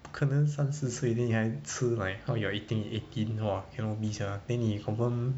不可能三十岁你还吃 like how you are eating in eighteen !wah! cannot be sia then 你 confirm